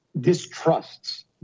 distrusts